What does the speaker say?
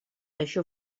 això